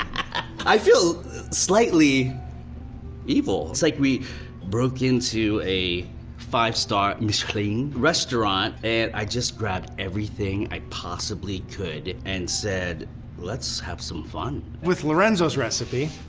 i feel slightly evil. it's like we broke into a five star michelin restaurant and i just grabbed everything i possibly could and said let's have some fun. with lorenzo's recipe,